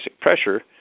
pressure